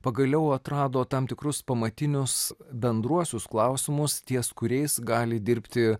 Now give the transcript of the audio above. pagaliau atrado tam tikrus pamatinius bendruosius klausimus ties kuriais gali dirbti